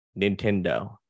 Nintendo